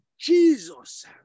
Jesus